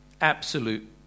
Absolute